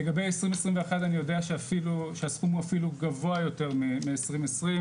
לגבי 2021 אני יודע שאפילו הסכום גבוה יותר מ-2020,